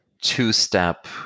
two-step